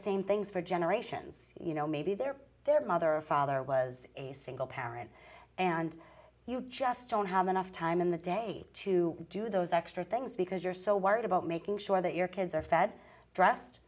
same things for generations you know maybe their their mother or father was a single parent and you just don't have enough time in the day to do those extra things because you're so worried about making sure that your kids are fed dressed